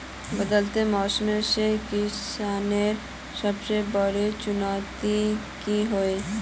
बदलते मौसम से किसानेर सबसे बड़ी चुनौती की होय?